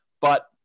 but-